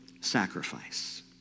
sacrifice